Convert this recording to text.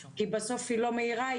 כי בסוף היא לא מהירה,